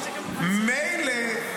מילא,